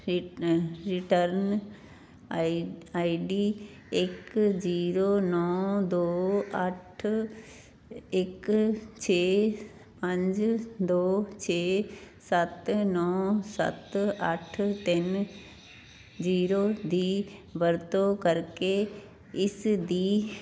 ਰਿ return I ID ਇੱਕ zero ਨੌਂ ਦੋ ਅੱਠ ਇੱਕ ਛੇ ਪੰਜ ਦੋ ਛੇ ਸੱਤ ਨੌਂ ਸੱਤ ਅੱਠ ਤਿੰਨ ਜੀਰੋ ਦੀ ਵਰਤੋਂ ਕਰਕੇ ਇਸ ਦੀ